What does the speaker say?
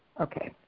Okay